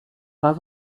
pas